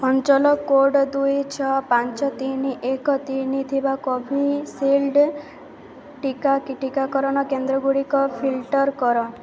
ଅଞ୍ଚଳ କୋଡ଼୍ ଦୁଇ ଛଅ ପାଞ୍ଚ ତିନି ଏକ ତିନି ଥିବା କୋଭିଶିଲ୍ଡ ଟିକା ଟିକା ଟିକାକରଣ କେନ୍ଦ୍ରଗୁଡ଼ିକ ଫିଲ୍ଟର୍ କର